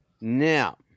Now